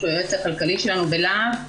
שהוא היועץ הכלכלי שלנו בלהב.